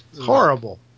Horrible